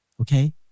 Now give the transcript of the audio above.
okay